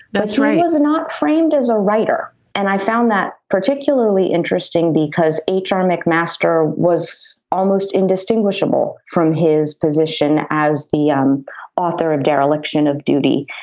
that's right he was not framed as a writer and i found that particularly interesting because h r. mcmaster was almost indistinguishable from his position as the um author of dereliction of duty.